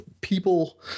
people